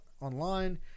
online